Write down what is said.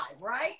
right